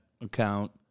account